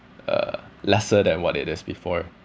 uh lesser than what it is before